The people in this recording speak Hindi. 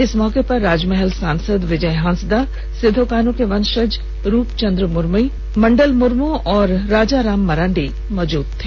इस मौके पर राजमहल सांसद विजय हांसदा सिदो कान्हो के वंशज रूपचंद मुर्मू मंडल मुर्मू और राजाराम मरांडी मौजूद थे